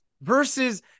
versus